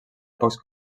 pocs